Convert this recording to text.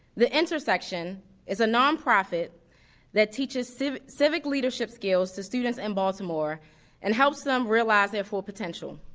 the intersection is a non-profit that teaches civic civic leadership skills to students in baltimore and helps them realize their full potential.